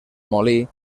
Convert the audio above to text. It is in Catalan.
molí